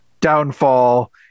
downfall